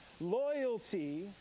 loyalty